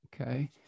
Okay